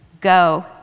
Go